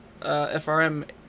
FRM